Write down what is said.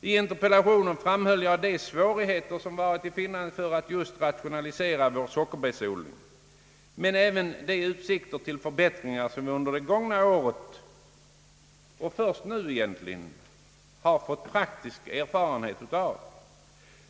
I interpellationen framhöll jag de svårigheter, som varit till finnandes för att just rationalisera vår sockerbetsodling, men även de utsikter till förbättringar, som vi under det snart gångna året börjat att få praktisk erfarenhet utav.